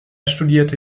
studierte